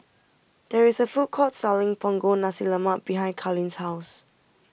there is a food court selling Punggol Nasi Lemak behind Carleen's house